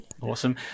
awesome